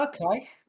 Okay